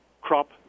crop